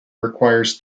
requires